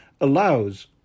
allows